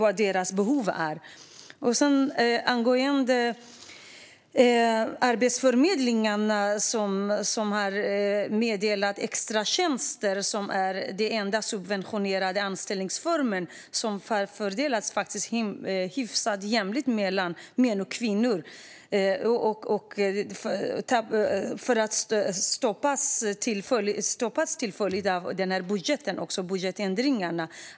Arbetsförmedlingen har meddelat att extratjänsterna, som är den enda subventionerade anställningsform som fördelats hyfsat jämlikt mellan män och kvinnor, stoppas till följd av budgetändringarna.